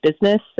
business